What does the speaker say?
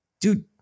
dude